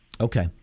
Okay